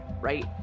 right